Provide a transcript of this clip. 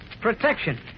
Protection